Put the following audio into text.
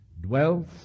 dwells